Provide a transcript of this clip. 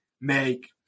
make